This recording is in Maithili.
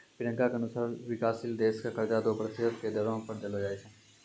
प्रियंका के अनुसार विकाशशील देश क कर्जा दो प्रतिशत के दरो पर देलो जाय छै